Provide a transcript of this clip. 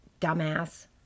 dumbass